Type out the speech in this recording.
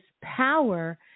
power